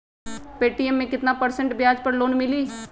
Paytm मे केतना percent ब्याज पर लोन मिली?